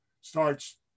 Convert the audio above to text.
starts